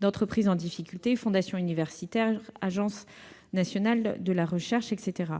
d'entreprises en difficulté, des fondations universitaires, de l'Agence nationale de la recherche, etc.